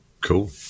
cool